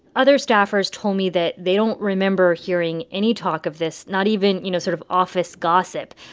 other staffers told me that they don't remember hearing any talk of this, not even, you know, sort of office gossip.